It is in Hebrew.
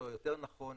או יותר נכון